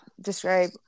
describe